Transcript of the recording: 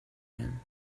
him